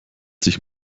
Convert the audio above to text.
sich